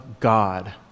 God